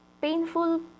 painful